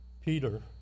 Peter